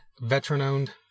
veteran-owned